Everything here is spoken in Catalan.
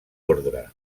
ordre